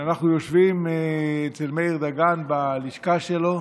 כשאנחנו יושבים אצל מאיר דגן בלשכה שלו,